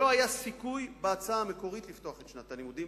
שלא היה סיכוי בהצעה המקורית לפתוח את שנת הלימודים,